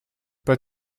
pas